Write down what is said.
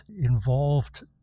involved